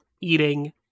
eating